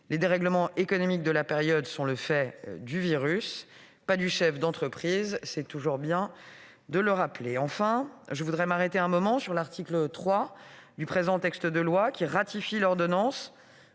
Les dérèglements économiques de la période sont le fait du virus, pas du chef d'entreprise- il est toujours bien de le rappeler. Enfin, je voudrais m'arrêter un moment sur l'article 3 du présent texte de loi, qui ratifie l'ordonnance